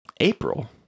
April